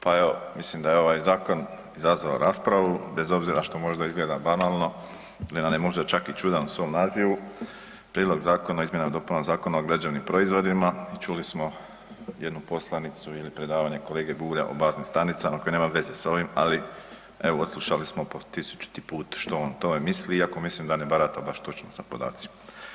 Pa evo mislim da je ovaj zakon izazvao raspravu, bez obzira što možda izgleda banalno, on je možda čak i čudan u svom nazivu Prijedlog zakona o izmjenama i dopunama Zakona o građevnim proizvodima i čuli smo jednu poslanicu ili predavanje kolege Bulja o baznim stanicama koje nemaju veze s ovim, ali evo odslušali smo po tisućiti put što on o tome misli, iako mislim da ne barata baš točno sa podacima.